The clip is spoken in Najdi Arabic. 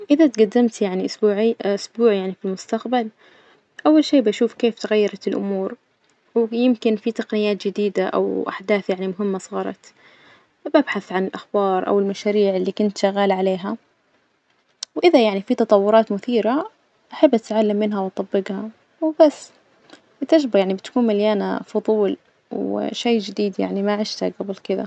إذا تجدمت يعني أسبوعي- أسبوع يعني في المستقبل أول شي بشوف كيف تغيرت الأمور ويمكن في تقنيات جديدة أو أحداث يعني مهمة صارت، وببحث عن الأخبار أو المشاريع اللي كنت شغالة عليها، وإذا يعني في تطورات مثيرة أحب اتعلم منها وأطبجها وبس، والتجربة يعني بتكون مليانة فضول وشي جديد يعني ما عشته جبل كدا.